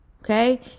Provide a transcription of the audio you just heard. Okay